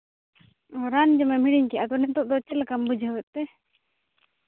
ᱨᱟᱱ ᱡᱚᱢᱮᱢ ᱦᱤᱲᱤᱧ ᱠᱟᱜᱼᱟ ᱟᱫᱚ ᱱᱤᱛᱚᱜ ᱫᱚ ᱪᱮᱫ ᱞᱮᱠᱟᱢ ᱵᱩᱡᱷᱟᱹᱣᱮᱫ ᱛᱮ